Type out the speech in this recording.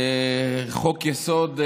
חוק-יסוד,